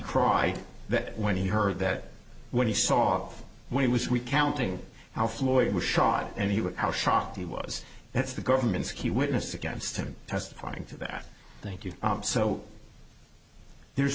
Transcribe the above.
cried that when he heard that when he saw when he was we counting how floyd was shot and he was how shocked he was that's the government's key witness against him testifying to that thank you so there's